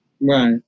Right